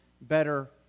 better